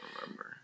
remember